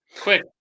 Quick